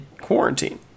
quarantine